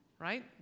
Right